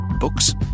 Books